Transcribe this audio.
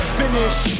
finish